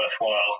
worthwhile